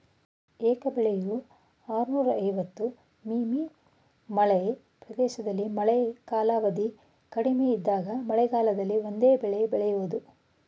ಏಕ ಬೆಳೆಯು ಆರ್ನೂರ ಐವತ್ತು ಮಿ.ಮೀ ಮಳೆ ಪ್ರದೇಶದಲ್ಲಿ ಮಳೆ ಕಾಲಾವಧಿ ಕಡಿಮೆ ಇದ್ದಾಗ ಮಳೆಗಾಲದಲ್ಲಿ ಒಂದೇ ಬೆಳೆ ಬೆಳೆಯೋದು